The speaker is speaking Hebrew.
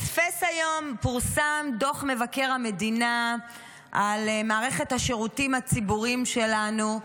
פורסם דוח מבקר המדינה על מערכת השירותים הציבוריים שלנו.